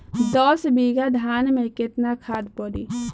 दस बिघा धान मे केतना खाद परी?